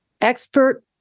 Expert